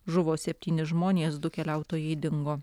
žuvo septyni žmonės du keliautojai dingo